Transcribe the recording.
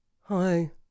Hi